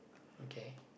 okay